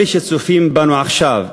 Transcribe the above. אלה שצופים בנו עכשיו,